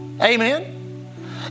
Amen